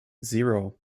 zero